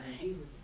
Jesus